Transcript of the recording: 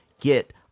get